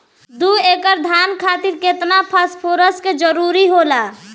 दु एकड़ धान खातिर केतना फास्फोरस के जरूरी होला?